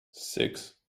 six